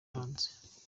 hanze